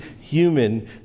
human